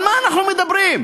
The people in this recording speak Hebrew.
על מה אנחנו מדברים?